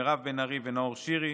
מירב בן ארי ונאור שירי,